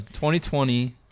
2020